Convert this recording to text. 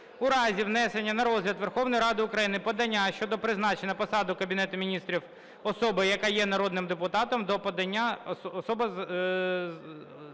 у разі внесення на розгляд Верховної Ради України подання щодо призначення на посаду Кабінету Міністрів особи, яка є народним депутатом, до подання… особою